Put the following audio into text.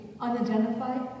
unidentified